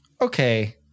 Okay